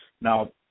Now